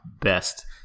best